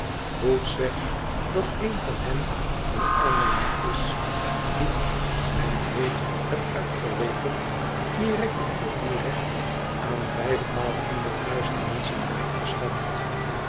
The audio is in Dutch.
boots zegt dat een van hen een aannemer is die men heeft het uitgerekend direct en indirect aan vijfmaal honderd duizend menschen werk verschaft